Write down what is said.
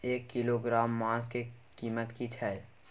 एक किलोग्राम मांस के कीमत की छै?